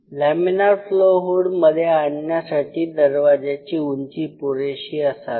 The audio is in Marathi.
लॅमीनार फ्लो हुड मध्ये आणण्यासाठी दरवाज्याची उंची पुरेशी असावी